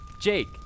Jake